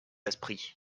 esprits